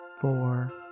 four